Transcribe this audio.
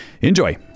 enjoy